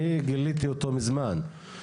אני גיליתי אותו מזמן.